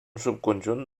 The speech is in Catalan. subconjunt